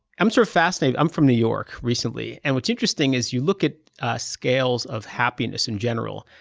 i'm sort of fascinated. i'm from new york, recently, and what's interesting is, you look at scales of happiness in general,